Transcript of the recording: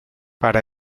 para